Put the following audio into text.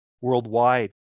worldwide